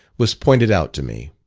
was pointed out to me.